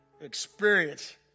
experience